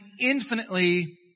infinitely